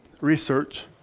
research